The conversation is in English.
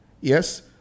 yes